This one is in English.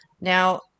Now